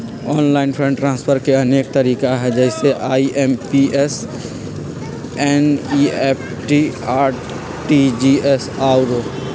online fund transfer के अनेक तरिका हइ जइसे आइ.एम.पी.एस, एन.ई.एफ.टी, आर.टी.जी.एस आउरो